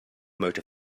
motor